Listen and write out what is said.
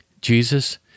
Jesus